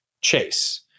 chase